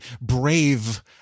brave